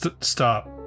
stop